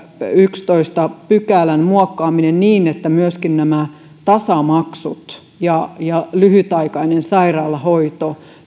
yhdennentoista pykälän muokkaaminen niin että myöskin tasamaksut ja ja lyhytaikainen sairaalahoito